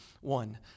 one